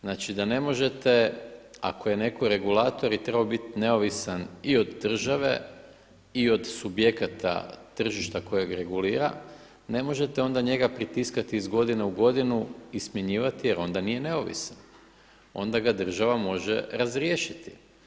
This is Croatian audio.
Znači da ne možete ako je neko regulator i trebao biti neovisan i od države i od subjekata tržišta kojeg regulira, ne možete onda njega pritiskati iz godine u godinu i smanjivati jer onda nije neovisan, onda ga država može razriješiti.